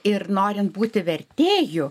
ir norint būti vertėju